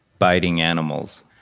biting animals.